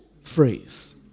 phrase